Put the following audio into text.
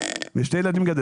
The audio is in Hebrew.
אני מגדל שני ילדים.